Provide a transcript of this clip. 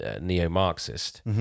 neo-marxist